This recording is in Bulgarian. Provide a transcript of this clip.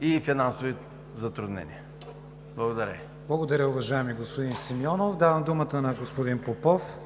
и финансови затруднения. Благодаря Ви. ПРЕДСЕДАТЕЛ КРИСТИАН ВИГЕНИН: Благодаря, уважаеми господин Симеонов. Давам думата на господин Попов,